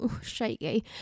shaky